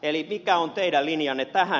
eli mikä on teidän linjanne tähän